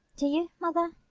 do you, mother?